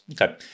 Okay